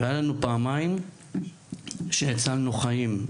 ופעמיים שבהם הצלנו חיים.